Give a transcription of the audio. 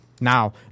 Now